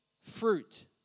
fruit